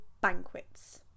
banquets